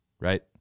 right